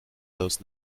blows